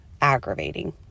aggravating